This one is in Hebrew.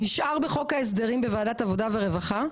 נשאר בחוק ההסדרים בוועדת העבודה והרווחה,